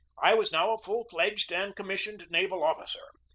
i was now a full-fledged and com missioned naval officer.